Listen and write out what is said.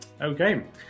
Okay